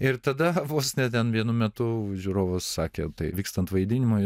ir tada vos ne ten vienu metu žiūrovas sakė tai vykstant vaidinimui